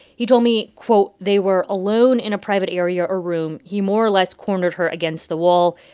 he told me, quote, they were alone in a private area, a room. he more or less cornered her against the wall.